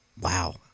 Wow